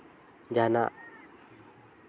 ᱡᱟᱦᱟᱱᱟᱜ